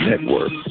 Network